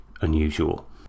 unusual